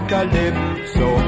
Calypso